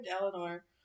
Eleanor